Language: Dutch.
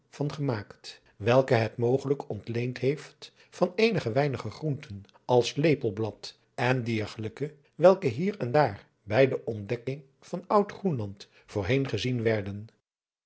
van gemaakt welke het mogelijk ontleend heeft van eenige weinige groenten als lepelblad en diergelijken welke hier en daar bij de ontdekking van oud groenland voorheen gezien werden